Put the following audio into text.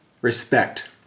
respect